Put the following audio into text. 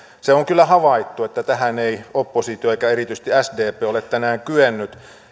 se on kyllä havaittu että tähän ei oppositio eikä erityisesti sdp ole tänään kyennyt